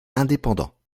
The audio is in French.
indépendant